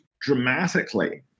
dramatically